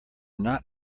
not